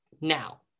now